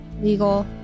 legal